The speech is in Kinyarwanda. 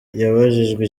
yabajijwe